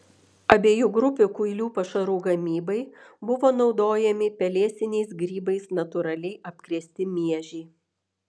abiejų grupių kuilių pašarų gamybai buvo naudojami pelėsiniais grybais natūraliai apkrėsti miežiai